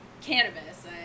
cannabis